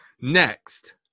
Next